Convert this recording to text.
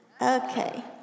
Okay